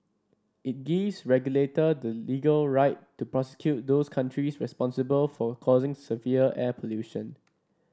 it gives regulators the legal right to prosecute those countries responsible for causing severe air pollution